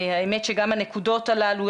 גם הנקודות הללו,